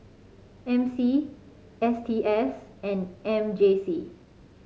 M C S T S and M J C